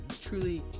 truly